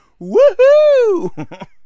woohoo